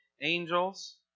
angels